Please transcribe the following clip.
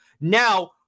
now